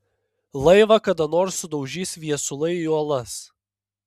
laivą kada nors sudaužys viesulai į uolas